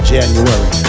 January